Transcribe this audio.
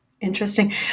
Interesting